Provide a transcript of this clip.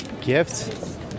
gift